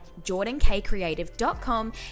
jordankcreative.com